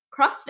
CrossFit